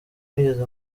mwigeze